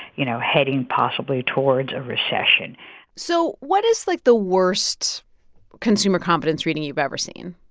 you know, heading possibly towards a recession so what is, like, the worst consumer confidence reading you've ever seen?